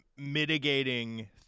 mitigating